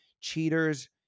cheaters